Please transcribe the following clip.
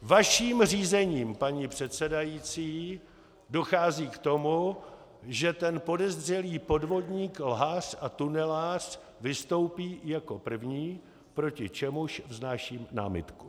Vaším řízením, paní předsedající, dochází k tomu, že ten podezřelý podvodník, lhář a tunelář vystoupí jako první, proti čemuž vznáším námitku.